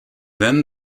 then